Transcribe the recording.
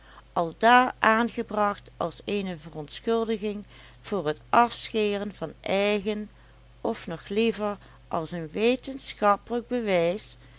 aldaar aangebracht als eene verontschuldiging voor het afscheren van eigen of nog liever als een wetenschappelijk bewijs